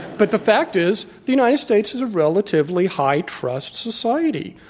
but the fact is, the united states is a r elatively high trust society.